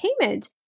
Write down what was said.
payment